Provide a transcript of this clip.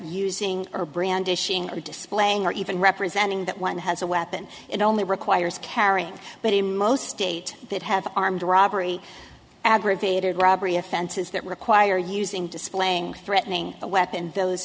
using or brandishing displaying or even representing that one has a weapon it only requires carrying but in most state that have armed robbery aggravated robbery offenses that require using displaying threatening a weapon those